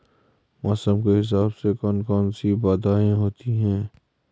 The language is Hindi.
मौसम के हिसाब से कौन कौन सी बाधाएं होती हैं?